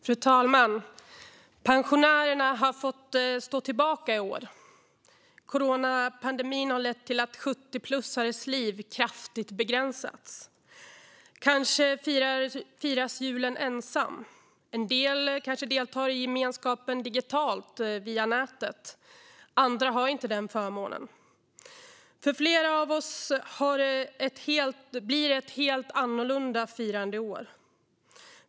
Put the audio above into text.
Fru talman! Pensionärerna har fått stå tillbaka i år. Coronapandemin har lett till att 70-plussares liv kraftigt begränsats. Kanske firas julen ensam. En del kanske deltar i gemenskapen digitalt via nätet. Andra har inte den förmånen. För flera av oss blir det ett helt annorlunda firande i år.